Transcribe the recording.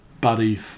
buddy